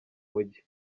mujyi